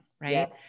Right